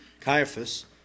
Caiaphas